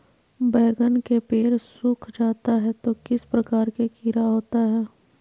बैगन के पेड़ सूख जाता है तो किस प्रकार के कीड़ा होता है?